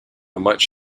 much